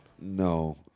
No